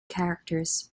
characters